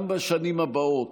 גם בשנים הבאות